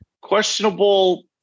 questionable